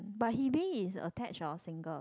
but Hebe is attached or single